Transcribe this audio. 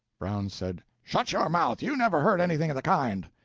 brown said shut your mouth! you never heard anything of the kind!